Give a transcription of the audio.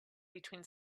between